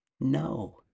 No